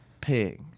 pig